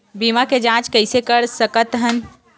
बीमा के जांच कइसे कर सकत हन?